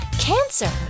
Cancer